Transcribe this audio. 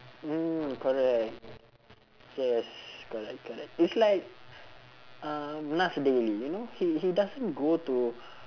mm correct yes correct correct it's like um nas daily you know he he doesn't go to